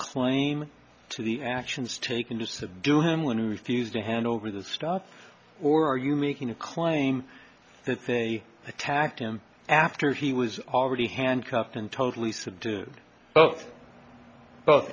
claim to the actions taken to subdue him when he refused to hand over the stuff or are you making a claim that they attacked him after he was already handcuffed and totally said both